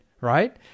Right